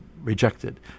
rejected